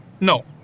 No